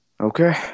Okay